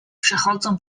przechodzą